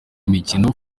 imikino